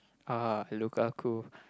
uh Lukaku